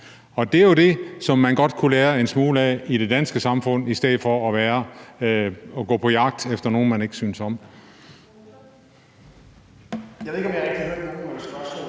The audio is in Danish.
Det er jo det, som man godt kunne lære en smule af i det danske samfund i stedet for at gå på jagt efter nogle, man ikke synes om.